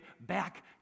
back